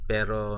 Pero